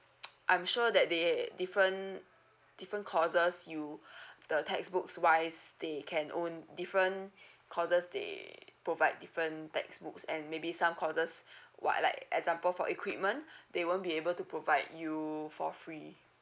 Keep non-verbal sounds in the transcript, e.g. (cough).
(noise) I'm sure that they different different courses you the textbooks wise they can own different courses they provide different textbooks and maybe some courses what like example for equipment they won't be able to provide you for free